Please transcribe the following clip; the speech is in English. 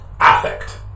affect